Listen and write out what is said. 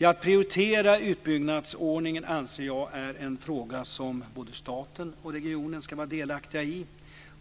Jag anser att prioriteringen av utbyggnadsordningen är en fråga som både staten och regionen ska vara delaktiga i.